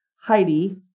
Heidi